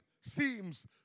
seems